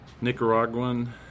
Nicaraguan